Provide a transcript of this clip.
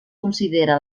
considera